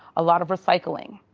a lot of recycling.